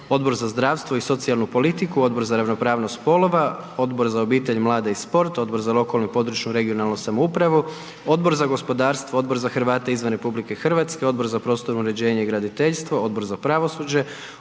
Odbor za zdravstvo i socijalnu politiku, Odbor za ravnopravnost spolova, Odbor za obitelj, mlade i sport, Odbor za lokalnu i područnu (regionalnu) samoupravu, Odbor za gospodarstvo, Odbor za Hrvate izvan RH, Odbor za prostorno uređenje i graditeljstvo, Odbor za pravosuđe,